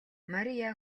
мария